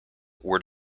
were